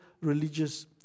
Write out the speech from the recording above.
religious